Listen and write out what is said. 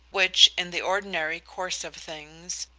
which, in the ordinary course of things,